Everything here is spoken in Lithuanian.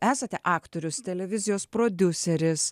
esate aktorius televizijos prodiuseris